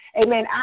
Amen